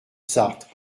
sarthe